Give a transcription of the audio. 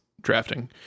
drafting